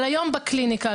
היום בקליניקה,